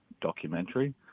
documentary